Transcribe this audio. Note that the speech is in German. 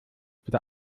wieder